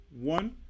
one